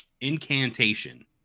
incantation